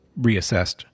reassessed